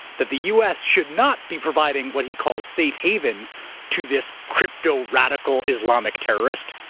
that the u. s. should not be providing what he calls safe haven to this crypto radical islamic terrorist.